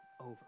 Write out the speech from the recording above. over